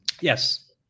Yes